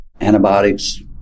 antibiotics